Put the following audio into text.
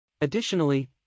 Additionally